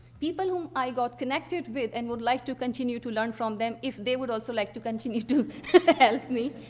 people whom i got connected with and would like to continue to learn from them, if they would also like to continue to help me.